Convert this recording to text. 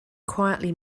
quietly